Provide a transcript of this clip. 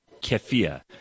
kefir